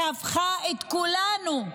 שהפכה את כולנו,